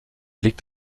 liegt